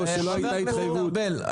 שלא הייתה התחייבות -- חבר הכנסת ארבל,